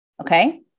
Okay